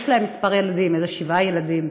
יש להם כמה ילדים, איזה שבעה ילדים.